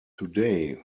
today